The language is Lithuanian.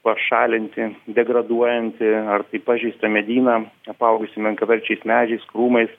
pašalinti degraduojantį ar tai pažeistą medyną apaugusį menkaverčiais medžiais krūmais